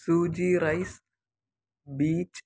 Suji rice beach